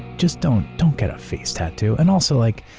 just don't, don't get a face tattoo, and also, like,